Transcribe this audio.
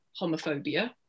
homophobia